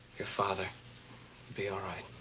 your father be all right.